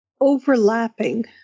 overlapping